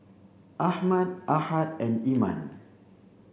Ahmad Ahad and Iman